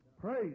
Praise